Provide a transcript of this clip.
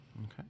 Okay